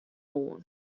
oan